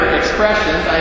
expressions